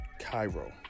Cairo